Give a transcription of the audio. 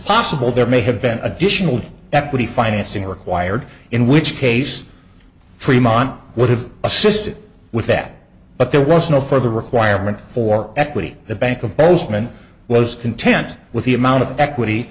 possible there may have been additional equity financing required in which case fremont would have assisted with that but there was no further requirement for equity the bank of bozeman was content with the amount of equity